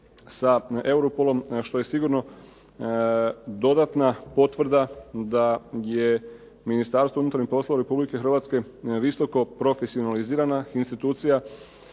sa Europolom, što je sigurno dodatna potvrda da je Ministarstvo unutarnjih poslova Republike Hrvatske visoko profesionalizirana institucija